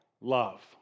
love